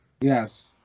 Yes